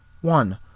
One